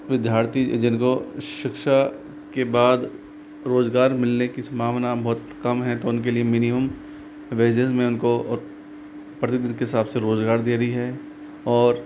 विद्यार्थी जिनको शिक्षा के बाद रोज़गार मिलने की संभावना बहुत कम है तो उनके लिए मिनिमम वेजेज़ में उनको प्रतिदिन के हिसाब से रोज़गार दे रही है और